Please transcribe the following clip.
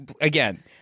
again